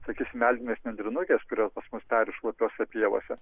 sakysim meldinės nendrinukės kurios pa mus peri šlapiose pievose